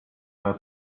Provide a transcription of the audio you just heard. were